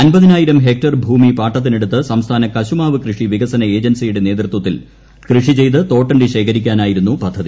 അൻപ്പതിനായിരം hectare ഭൂമി പാട്ടത്തിനെടുത്ത് സംസ്ഥാന കശുമാവ് കൃഷി വികസന ഏജൻസിയുടെ നേതൃത്വത്തിൽ കൃഷി ചെയ്ത് തോട്ടണ്ട് ശേഖരിക്കാനായിരുന്നു പദ്ധതി